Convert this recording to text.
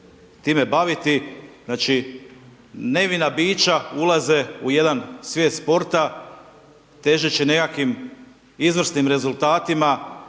time baviti, znači nevina biča ulaze u jedan svijet sporta, težeći nekakvim izvrsnim rezultatima,